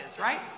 right